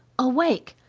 awake!